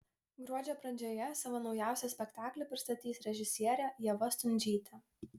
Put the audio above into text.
gruodžio pradžioje savo naujausią spektaklį pristatys režisierė ieva stundžytė